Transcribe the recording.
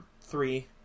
three